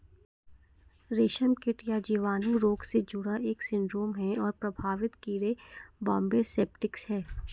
रेशमकीट यह जीवाणु रोग से जुड़ा एक सिंड्रोम है और प्रभावित कीड़े बॉम्बे सेप्टिकस है